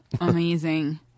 Amazing